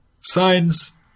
signs